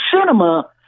cinema